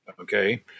okay